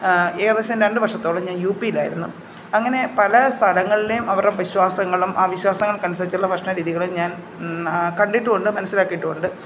ഏകദേശം രണ്ടു വർഷത്തോളം ഞാൻ യൂ പിയിലായിരുന്നു അങ്ങനെ പല സ്ഥലങ്ങളിലെയും അവരുടെ വിശ്വാസങ്ങളും ആ വിശ്വാസങ്ങൾക്കനുസരിച്ചുള്ള ഭക്ഷണ രീതികളും ഞാൻ കണ്ടിട്ടുണ്ട് മനസ്സിലാക്കിയിട്ടുണ്ട്